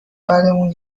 برمونن